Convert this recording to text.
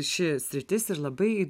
ši sritis ir labai